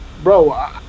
Bro